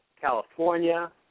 California